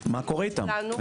מה קורה איתם?